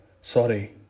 Sorry